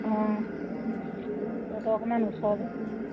অঁ তহঁতৰ অকণমান ওচৰ